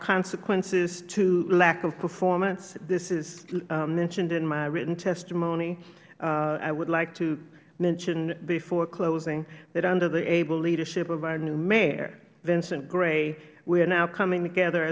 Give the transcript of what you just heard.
consequences to lack of performance this is mentioned in my written testimony i would like to mention before closing that under the able leadership of our new mayor vincent gray we are now coming together